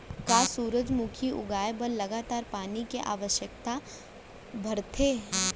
का सूरजमुखी उगाए बर लगातार पानी के आवश्यकता भरथे?